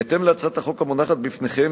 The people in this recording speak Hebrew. בהתאם להצעת החוק המונחת בפניכם,